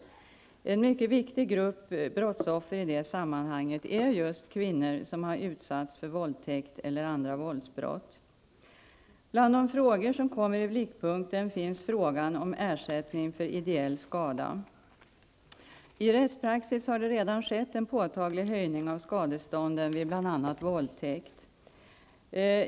En mycket viktig grupp brottsoffer i det sammanhanget är kvinnor som har utsatts för våldtäkt eller andra våldsbrott. Bland de frågor som därvid kommer i blickpunkten finns frågan om ersättning för ideell skada. I rättspraxis har det redan skett en påtaglig höjning av skadestånden vid bl.a. våldtäkt.